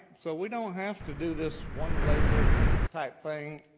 so we don't have to do this one label type thing.